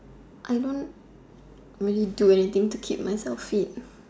I don't really do anything to keep myself fit